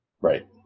Right